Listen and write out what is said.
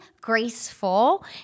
graceful